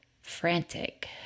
frantic